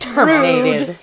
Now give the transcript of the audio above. Terminated